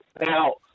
Now